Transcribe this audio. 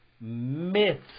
myths